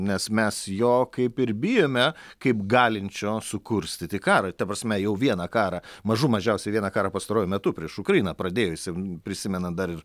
nes mes jo kaip ir bijome kaip galinčio sukurstyti karą ta prasme jau vieną karą mažų mažiausiai vieną karą pastaruoju metu prieš ukrainą pradėjusiam prisimenant dar ir